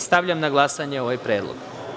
Stavljam na glasanje ovaj predlog.